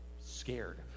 scared